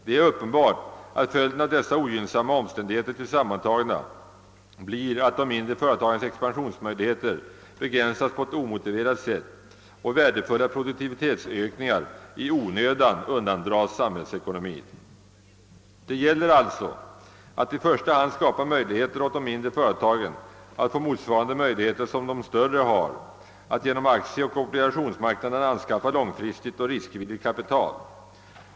Det är uppenbart att följden av dessa ogynnsamma omständigheter till sammantagna blir, att de mindre företagens expansionsmöjligheter begränsas på ett omotiverat sätt och att värdefulla produktivitetsökningar i onödan undandras samhällsekonomin. Det gäller alltså i första hand att för de mindre företagen skapa möjligheter, motsvarande dem som de större företagen har, att genom aktieoch obligationsmarknaderna anskaffa långfristigt och riskvilligt kapital.